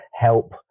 help